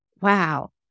Wow